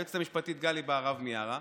היועצת המשפטית גלי בהרב מיארה,